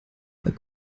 mal